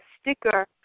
sticker